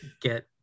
get